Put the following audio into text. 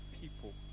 people